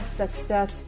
success